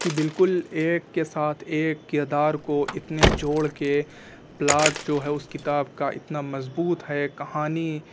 کہ بالکل ایک کے ساتھ ایک کردار کو اتنے جوڑ کے پلاٹ جو ہے اس کتاب کا اتنا مضبوط ہے کہانی